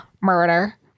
murder